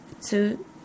two